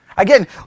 Again